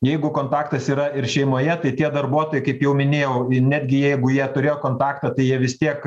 jeigu kontaktas yra ir šeimoje tai tie darbuotojai kaip jau minėjau netgi jeigu jie turėjo kontaktą tai jie vis tiek